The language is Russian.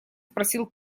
спросил